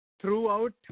throughout